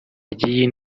ry’iyi